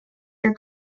your